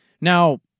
Now